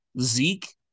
Zeke